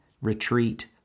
retreat